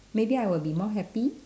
maybe I will be more happy